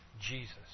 Jesus